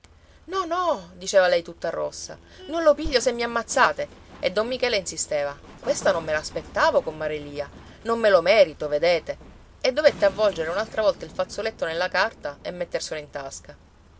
no no diceva lei tutta rossa non lo piglio se mi ammazzate e don michele insisteva questa non me l'aspettavo comare lia non me lo merito vedete e dovette avvolgere un'altra volta il fazzoletto nella carta e metterselo in tasca